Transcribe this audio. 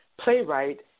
playwright